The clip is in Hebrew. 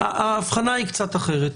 האבחנה היא קצת אחרת.